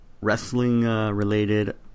wrestling-related